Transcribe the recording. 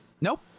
Nope